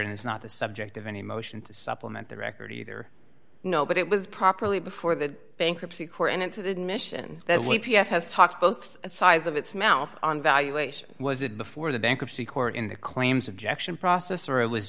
and is not the subject of any motion to supplement the record either no but it was properly before the bankruptcy court and into the admission that we have talked both sides of its mouth on valuation was it before the bankruptcy court in the claims objection process or it was